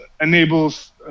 enables